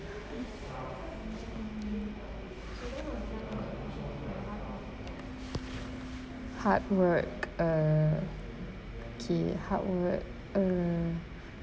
hard work err kay hard work err